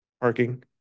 parking